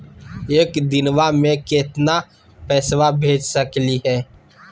एक दिनवा मे केतना पैसवा भेज सकली हे?